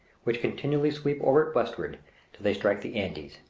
which continually sweep over it westward till they strike the andes,